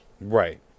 Right